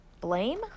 Blame